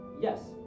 yes